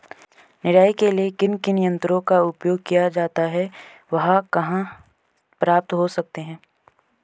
निराई के लिए किन किन यंत्रों का उपयोग किया जाता है वह कहाँ प्राप्त हो सकते हैं?